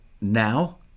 now